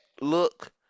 look